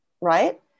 Right